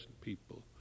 people